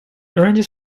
ranges